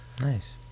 nice